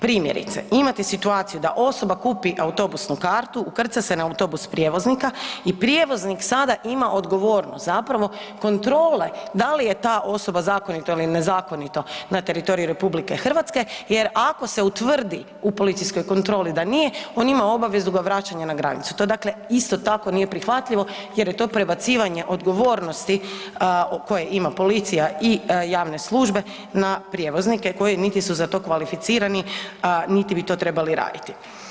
Primjerice imate situaciju da osoba kupi autobusnu kartu, ukrca se na autobus prijevoznika i prijevoznik sada ima odgovornost zapravo kontrole da li je ta osoba zakonito ili nezakonito na teritoriju RH jer ako se utvrdi u policijskoj kontroli da nije, on ima obavezu ga vraćanja na granicu, to dakle isto tako nije prihvatljivo jer je to prebacivanje odgovornosti koje ima policija i javne službe na prijevoznike koji niti su za to kvalificirani niti bi to trebali raditi.